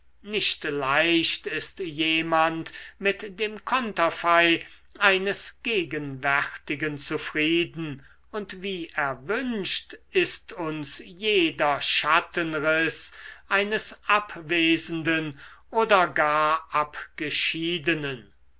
nicht leicht ist jemand mit dem konterfei eines gegenwärtigen zufrieden und wie erwünscht ist uns jeder schattenriß eines abwesenden oder gar abgeschiedenen